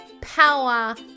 power